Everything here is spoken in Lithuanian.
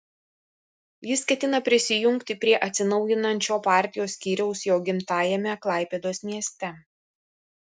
jis ketina prisijungti prie atsinaujinančio partijos skyriaus jo gimtajame klaipėdos mieste